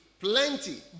plenty